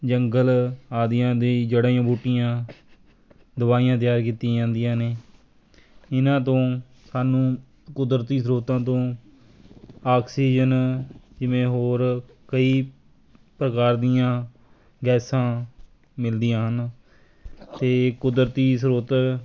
ਜੰਗਲ ਆਦਿ ਦੀ ਜੜ੍ਹੀ ਬੂਟੀਆਂ ਦਵਾਈਆਂ ਤਿਆਰ ਕੀਤੀਆਂ ਜਾਂਦੀਆਂ ਨੇ ਇਹਨਾਂ ਤੋਂ ਸਾਨੂੰ ਕੁਦਰਤੀ ਸਰੋਤਾਂ ਤੋਂ ਆਕਸੀਜਨ ਜਿਵੇਂ ਹੋਰ ਕਈ ਪ੍ਰਕਾਰ ਦੀਆਂ ਗੈਸਾਂ ਮਿਲਦੀਆਂ ਹਨ ਅਤੇ ਕੁਦਰਤੀ ਸਰੋਤ